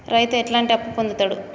రైతు ఎట్లాంటి అప్పు పొందుతడు?